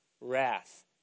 wrath